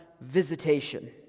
visitation